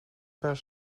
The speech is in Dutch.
per